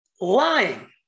Lying